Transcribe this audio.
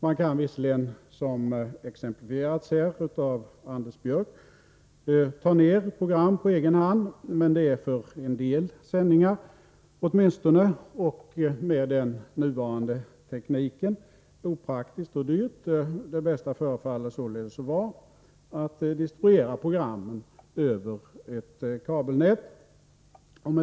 Man kan visserligen, som Anders Björck nämnde, ta ner program på egen hand, men det är för en del sändningar — åtminstone med nuvarande teknik — opraktiskt och dyrt. Det bästa förefaller således vara att distribuera programmen över ett kabelnät.